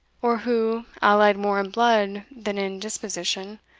or who, allied more in blood than in disposition,